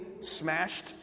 smashed